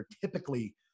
typically